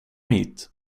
hit